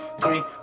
three